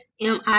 MI